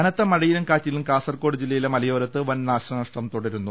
കനത്ത മഴയിലും കാറ്റിലും കാസർകോട് ജില്ലയിലെ മലയോരത്ത് വൻ നാശനഷ്ടം തുടരുന്നു